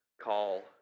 call